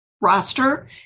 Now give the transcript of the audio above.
roster